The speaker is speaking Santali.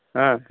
ᱦᱮᱸ ᱦᱮᱸ